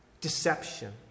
Deception